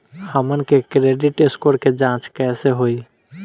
हमन के credit score के जांच कैसे होइ?